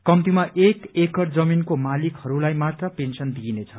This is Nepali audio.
कम्तीमा एक एकड़ जमीनको मालिकहरूलाई मात्र पेन्शन दिइनेछ